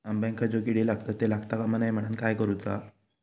अंब्यांका जो किडे लागतत ते लागता कमा नये म्हनाण काय करूचा?